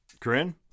Corinne